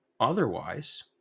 Otherwise